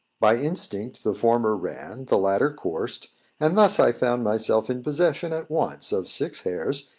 by instinct the former ran, the latter coursed and thus i found myself in possession at once of six hares,